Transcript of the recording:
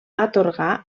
atorgar